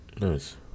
Nice